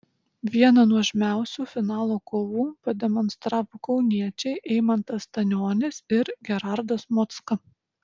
vieną nuožmiausių finalo kovų pademonstravo kauniečiai eimantas stanionis ir gerardas mocka